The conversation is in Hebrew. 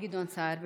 גדעון סער.